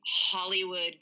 Hollywood